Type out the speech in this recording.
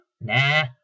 Nah